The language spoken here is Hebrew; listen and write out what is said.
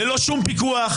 ללא שום פיקוח,